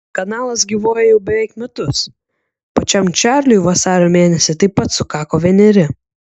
kanalas gyvuoja jau beveik metus pačiam čarliui vasario mėnesį taip pat sukako vieneri